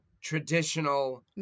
traditional